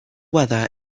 weather